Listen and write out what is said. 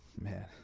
Man